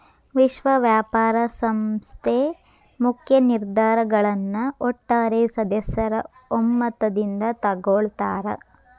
ವಿಶ್ವ ವ್ಯಾಪಾರ ಸಂಸ್ಥೆ ಮುಖ್ಯ ನಿರ್ಧಾರಗಳನ್ನ ಒಟ್ಟಾರೆ ಸದಸ್ಯರ ಒಮ್ಮತದಿಂದ ತೊಗೊಳ್ತಾರಾ